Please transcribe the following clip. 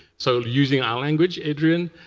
so using our language, adrian,